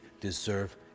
deserve